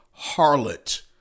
harlot